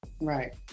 Right